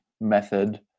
method